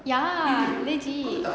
ya legit